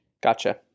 Gotcha